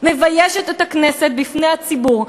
מביישת את הכנסת בפני הציבור,